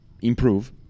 improve